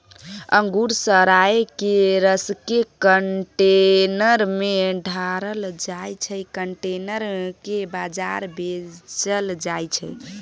अंगुर सराए केँ रसकेँ कंटेनर मे ढारल जाइ छै कंटेनर केँ बजार भेजल जाइ छै